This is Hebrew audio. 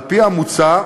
על-פי המוצע,